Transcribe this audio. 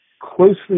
Closely